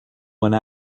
one